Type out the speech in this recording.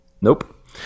Nope